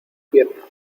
piernas